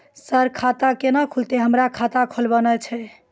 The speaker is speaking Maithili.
सर खाता केना खुलतै, हमरा खाता खोलवाना छै?